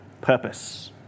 purpose